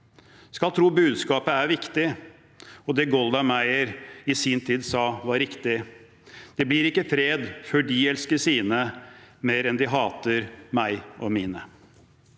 Skal tro budskapet er viktig, og det Golda Meir i sin tid sa var riktig: Det blir ikke fred før de elsker sine mer enn de hater meg og mine.